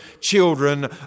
children